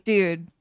Dude